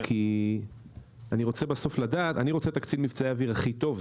כי אני רוצה את קצין מבצעי האוויר הכי טוב,